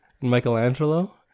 Michelangelo